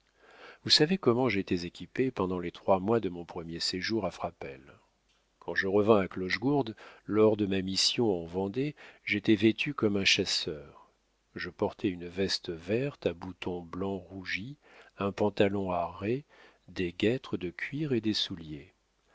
vous savez comment j'étais équipé pendant les trois mois de mon premier séjour à frapesle quand je revins à clochegourde lors de ma mission en vendée j'étais vêtu comme un chasseur je portais une veste verte à boutons blancs rougis un pantalon à raies des guêtres de cuir et des souliers